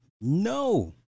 no